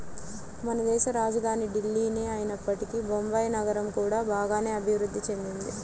మనదేశ రాజధాని ఢిల్లీనే అయినప్పటికీ బొంబాయి నగరం కూడా బాగానే అభిరుద్ధి చెందింది